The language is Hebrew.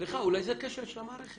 סליחה, אולי זה כשל של המערכת.